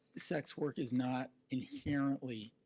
sex work is not inherently